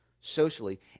socially